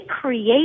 create